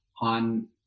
on